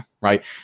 right